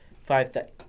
five